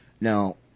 Now